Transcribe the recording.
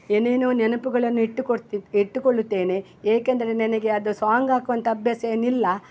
ಏನೇನೋ ನೆನಪುಗಳನ್ನು ಇಟ್ಟುಕೊಡ್ತಾ ಇಟ್ಟುಕೊಳ್ಳುತ್ತೇನೆ ಏಕೆಂದರೆ ನನಗೆ ಅದು ಸಾಂಗ್ ಹಾಕುವಂಥ ಅಭ್ಯಾಸ ಏನಿಲ್ಲ